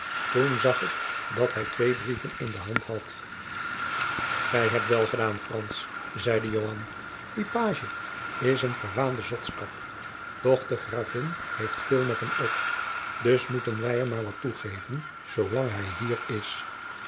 toen zag ik dat hij twee brieven in de hand had gij hebt wel gedaan frans zeide joan die pagie is een verwaande zotskap doch de gravin heeft veel met hem op dus moeten wij hem maar wat toegeven zoo lang hij hier is